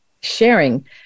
sharing